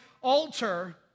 altar